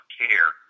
care